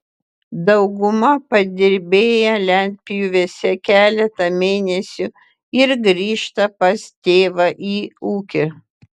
dauguma padirbėja lentpjūvėse keletą mėnesių ir grįžta pas tėvą į ūkį